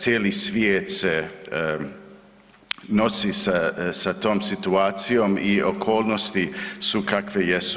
Cijeli svijet se nosi sa tom situacijom i okolnosti su kakve jesu.